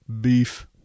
beef